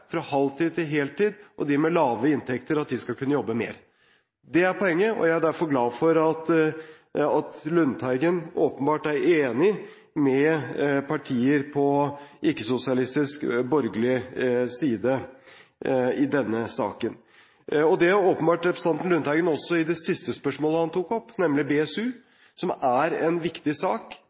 fra halvtid til heltid, og at de med lave inntekter skal kunne jobbe mer. Det er poenget. Jeg er derfor glad for at Lundteigen åpenbart er enig med partier på ikke-sosialistisk, borgerlig, side i denne saken, og representanten Lundteigen er også åpenbart enig når det gjelder det siste han tok opp om BSU, som er en viktig sak,